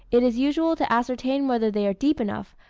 it is usual to ascertain whether they are deep enough,